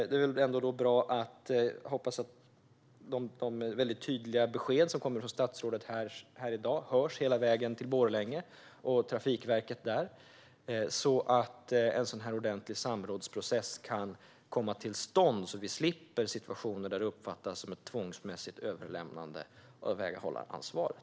Jag får ändå hoppas att de väldigt tydliga besked som har kommit från statsrådet i dag hörs hela vägen till Borlänge och Trafikverket där, så att en ordentlig samrådsprocess kan komma till stånd och så att vi slipper situationer där det uppfattas som ett tvångsmässigt överlämnande av väghållaransvaret.